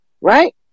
Right